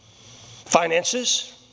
Finances